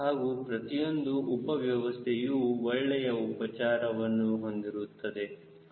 ಹಾಗೂ ಪ್ರತಿಯೊಂದು ಉಪ ವ್ಯವಸ್ಥೆಯು ಒಳ್ಳೆಯ ಉಪಚಾರವನ್ನು ಹೊಂದಿರುತ್ತದೆ